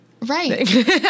right